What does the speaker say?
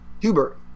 Hubert